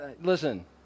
listen